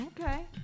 Okay